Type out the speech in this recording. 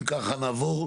אם כך, נעבור,